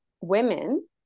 women